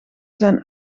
zijn